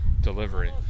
delivery